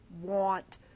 want